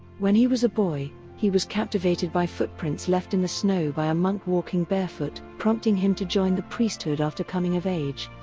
when he was a boy, he was captivated by footprints left in the snow by a monk walking barefoot, prompting him to join the priesthood after coming of age.